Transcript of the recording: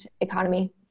economy